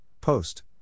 post